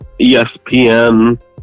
ESPN